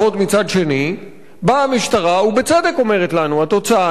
ובצדק אומרת לנו: התוצאה היא שהם כולם יהפכו לקליינטים שלנו.